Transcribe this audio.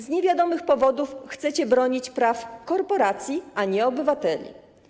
Z niewiadomych powodów chcecie bronić praw korporacji, a nie obywateli.